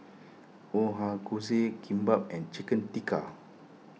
Ochazuke Kimbap and Chicken Tikka